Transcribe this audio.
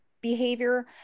behavior